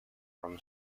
from